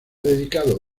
dedicado